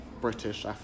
British